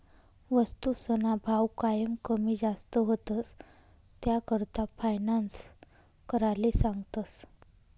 वस्तूसना भाव कायम कमी जास्त व्हतंस, त्याकरता फायनान्स कराले सांगतस